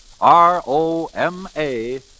R-O-M-A